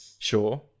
Sure